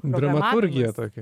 dramaturgija tokia